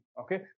Okay